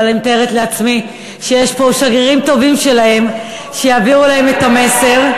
אבל אני מתארת לעצמי שיש פה שגרירים טובים שלהם שיעבירו להם את המסר.